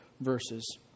verses